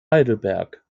heidelberg